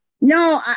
No